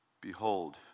behold